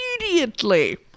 immediately